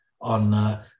on